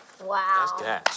Wow